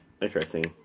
Interesting